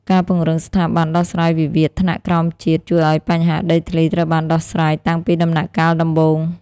ការពង្រឹងស្ថាប័នដោះស្រាយវិវាទថ្នាក់ក្រោមជាតិ ជួយឱ្យបញ្ហាដីធ្លីត្រូវបានដោះស្រាយតាំងពីដំណាក់កាលដំបូង។